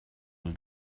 will